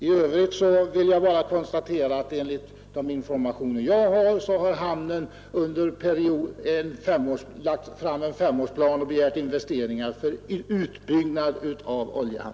I övrigt vill jag bara konstatera att enligt de informationer jag har så har hamnstyrelsen nyligen lagt fram en femårsplan och där begärt pengar för en utbyggnad av oljehamnen.